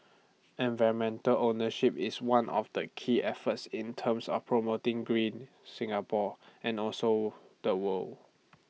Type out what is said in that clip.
environmental ownership is one of the key efforts in terms of promoting green Singapore and also the world